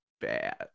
bad